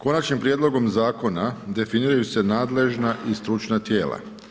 Konačnim prijedlogom zakona definiraju se nadležna i stručna tijela.